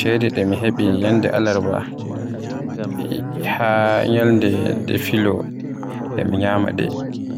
ceede nde mi heɓi nyalde Alarba haa nyalde nden filo e mi nyama ɗe.